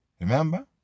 Remember